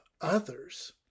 others